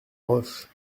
roche